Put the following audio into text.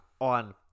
on